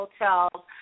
hotels